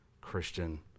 Christian